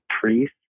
Priest